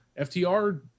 FTR